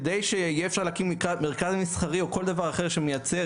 כדי שיהיה אפשר להקים מרכז מסחרי או כל דבר אחר שמייצר